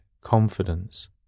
confidence